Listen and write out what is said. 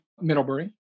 Middlebury